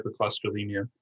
hypercholesterolemia